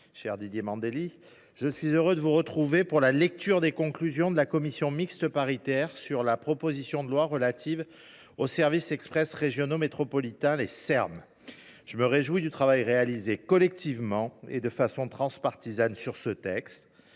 cher Didier Mandelli –, je suis heureux de vous retrouver pour l’examen des conclusions de la commission mixte paritaire sur la proposition de loi relative aux services express régionaux métropolitains (Serm). Je me réjouis du travail réalisé collectivement et de façon transpartisane sur ce texte.